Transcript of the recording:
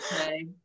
Okay